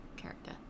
Character